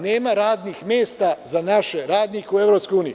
Nema radnih mesta za naše radnike u EU.